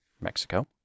Mexico